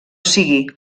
sigui